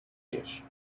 dish